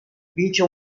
vince